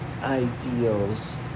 ideals